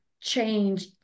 change